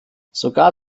sogar